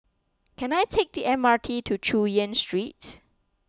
can I take the M R T to Chu Yen Street